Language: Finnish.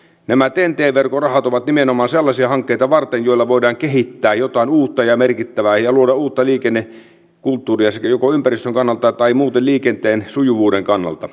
nämä ten t verkon rahat ovat nimenomaan sellaisia hankkeita varten joilla voidaan kehittää jotain uutta ja merkittävää ja luoda uutta liikennekulttuuria joko ympäristön kannalta tai muuten liikenteen sujuvuuden